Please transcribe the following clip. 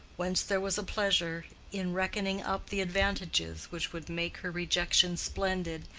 whence there was a pleasure in reckoning up the advantages which would make her rejection splendid,